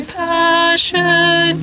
passion